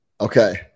Okay